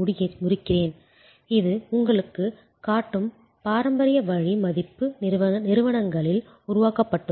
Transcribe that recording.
முடிக்கிறேன் இது உங்களுக்குக் காட்டும் பாரம்பரிய வழி மதிப்பு நிறுவனங்களில் உருவாக்கப்பட்டுள்ளது